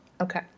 Okay